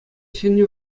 ҫӗнӗ